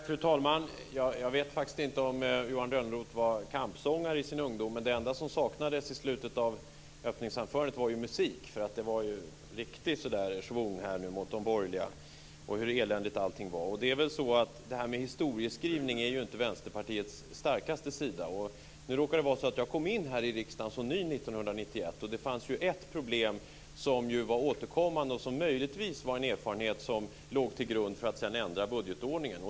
Fru talman! Jag vet inte om Johan Lönnroth var kampsångare i sin ungdom. Det enda som saknades i slutet av öppningsanförandet var musik. Det var en riktig schvung mot de borgerliga och hur eländigt allting var. Historieskrivning är inte Vänsterpartiets starkaste sida. När jag kom in i riksdagen som ny ledamot år 1991 fanns det ett problem som var återkommande, och som möjligtvis var en erfarenhet som låg till grund för att sedan ändra budgetordningen.